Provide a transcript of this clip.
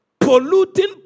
polluting